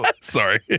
Sorry